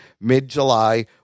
mid-july